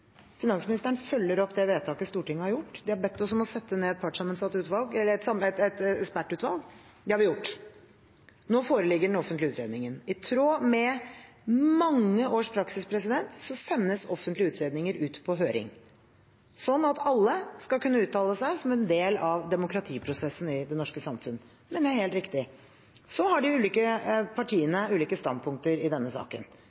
Finansministeren følger opp det vedtaket Stortinget har fattet. De har bedt oss om å sette ned et ekspertutvalg, og det har vi gjort. Nå foreligger den offentlige utredningen. I tråd med mange års praksis sendes offentlige utredninger ut på høring sånn at alle skal kunne uttale seg som en del av demokratiprosessen i det norske samfunn. Så er det helt riktig at de ulike partiene har ulike standpunkt i denne saken,